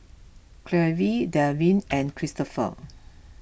Cleve Delvin and Cristopher